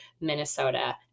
Minnesota